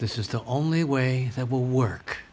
this is the only way that will work